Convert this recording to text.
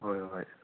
ꯍꯣꯏ ꯍꯣꯏ